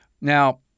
Now